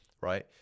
right